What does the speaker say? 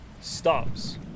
stops